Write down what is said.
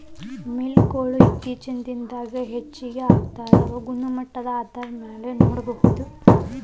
mill ಗೊಳು ಇತ್ತೇಚಿನ ದಿನದಾಗ ಹೆಚಗಿ ಆಗಾಕತ್ತಾವ ಗುಣಮಟ್ಟದ ಆಧಾರದ ಮ್ಯಾಲ ಹತ್ತಿನ ಬೇರ್ಪಡಿಸತಾರ